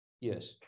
Yes